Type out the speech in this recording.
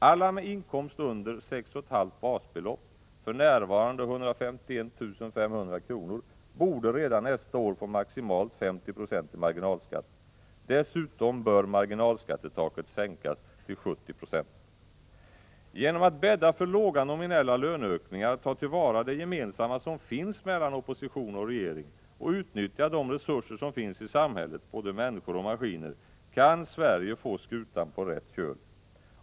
Alla med inkomst under 6,5 basbelopp, för närvarande 151 500 kr., borde redan nästa år få maximalt 50 20 i marginalskatt. Dessutom bör marginalskattetaket sänkas till 70 96. Genom att bädda för låga nominella löneökningar, ta till vara det gemensamma som finns mellan opposition och regering och utnyttja de resurser som finns i samhället — både människor och maskiner — kan vi i Sverige få skutan på rätt köl.